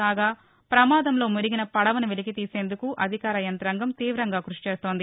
కాగా ప్రమాదంలో మునిగిన పడవను వెలికితీసేందుకు అధికార యంత్రాంగం తీవంగా కృషి చేస్తోంది